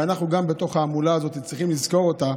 ואנחנו גם, בתוך ההמולה הזאת, צריכים לזכור אותה.